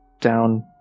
down